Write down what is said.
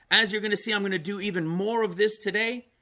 as you're going to see i'm going to do even more of this today.